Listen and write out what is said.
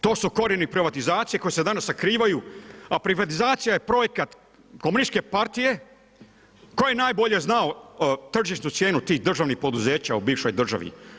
To su korijeni privatizacije, koji se danas sakrivaju, a privatizacija je projekat komunističke partije, koji je najbolji znao tržišnu cijenu tih državnih poduzeća u bivšoj državi.